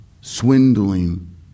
swindling